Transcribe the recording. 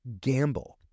gamble